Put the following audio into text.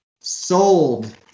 Sold